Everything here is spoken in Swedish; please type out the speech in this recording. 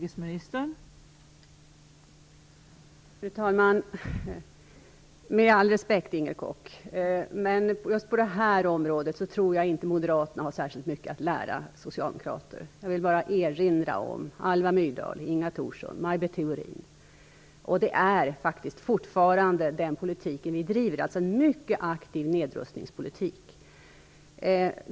Fru talman! Men all respekt, Inger Koch, men just på det här området tror jag inte att moderater har särskilt mycket att lära socialdemokrater. Jag vill bara erinra om Alva Myrdal, Inga Thorsson och Maj Britt Theorin. Det är faktiskt fortfarande den politiken vi driver, dvs. en mycket aktiv nedrustningspolitik.